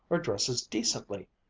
or dresses decently?